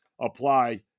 apply